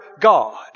God